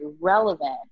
relevant